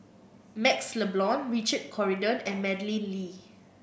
MaxLe Blond Richard Corridon and Madeleine Lee